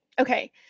Okay